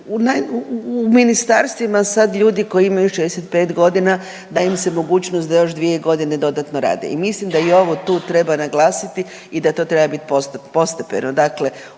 u ministarstvima sada ljudi koji imaju 65 godina daje im se mogućnost da još 2 godine dodatno rade. I mislim da i ovo tu treba naglasiti i da to treba biti postepeno.